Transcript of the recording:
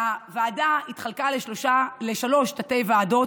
הוועדה התחלקה לשלוש תתי-ועדות.